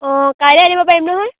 অঁ কাইলৈ আনিব পাৰিম নহয়